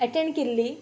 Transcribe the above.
attend केल्ली